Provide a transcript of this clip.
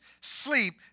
sleep